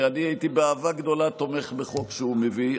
ואני הייתי באהבה גדולה תומך בחוק שהוא מביא,